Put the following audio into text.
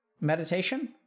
Meditation